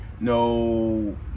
no